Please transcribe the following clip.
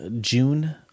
June